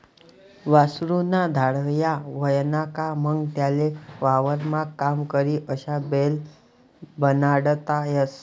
वासरु ना धांड्या व्हयना का मंग त्याले वावरमा काम करी अशा बैल बनाडता येस